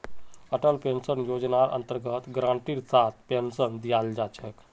Atal pension योजनार अन्तर्गत गारंटीर साथ पेन्शन दीयाल जा छेक